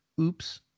oops